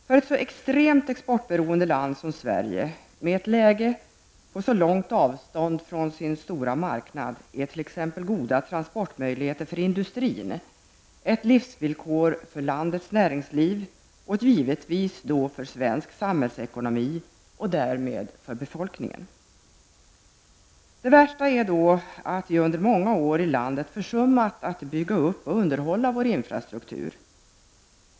För ett så extremt exportberoende land som Sverige med ett läge på så långt avstånd från sin stora marknad är goda transportmöjligheter för industrin ett livsvillkor för landets näringsliv, givetvis också för svensk samhällsekonomi och därmed också för befolkningen. Det värsta är dock att vi under många år i landet försummat att bygga upp och underhålla vår infrastruktur.